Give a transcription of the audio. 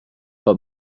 but